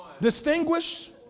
distinguished